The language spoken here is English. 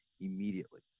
immediately